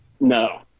no